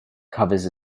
covers